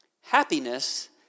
happiness